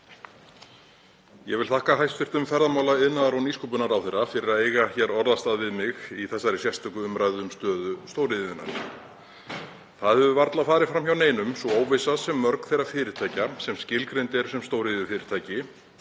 Ég vil þakka hæstv. ferðamála-, iðnaðar- og nýsköpunarráðherra fyrir að eiga orðastað við mig í þessari sérstöku umræðu um stöðu stóriðjunnar. Það hefur varla farið fram hjá neinum sú óvissa sem mörg þeirra fyrirtækja sem skilgreind eru sem stóriðjufyrirtæki